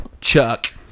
chuck